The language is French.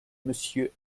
monsieur